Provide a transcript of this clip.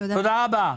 תודה רבה.